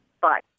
Bye